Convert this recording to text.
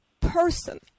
person